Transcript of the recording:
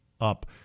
up